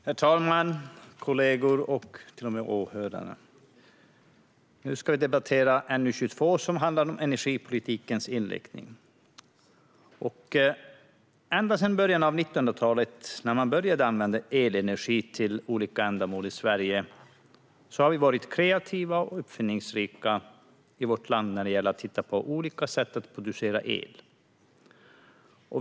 Herr talman! Kollegor och åhörare! Nu ska vi debattera NU22, som handlar om energipolitikens inriktning. Ända sedan början av 1900-talet, när man började använda elenergi till olika ändamål i Sverige, har vi varit kreativa och uppfinningsrika i vårt land när det gäller att hitta på olika sätt att producera el.